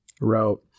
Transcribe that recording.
route